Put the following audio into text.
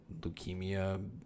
leukemia